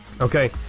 Okay